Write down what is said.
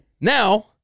Now